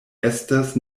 estas